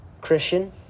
Christian